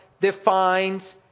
defines